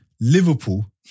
Liverpool